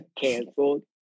canceled